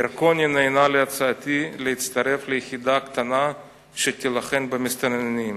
ירקוני נענה להצעתי והצטרף ליחידה קטנה שתילחם במסתננים,